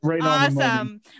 Awesome